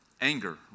Anger